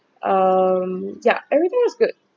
um ya everything was good